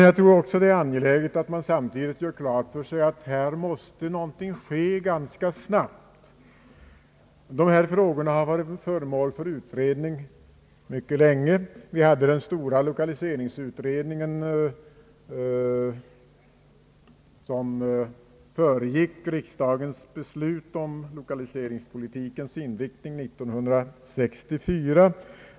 Samtidigt är det angeläget att man gör klart för sig att här måste någonting ske ganska snabbt. Dessa frågor har varit föremål för utredning mycket länge. Vi hade den stora lokaliseringsutredningen som föregick riksdagens beslut år 1964 om lokaliseringspolitikens inriktning.